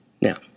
Now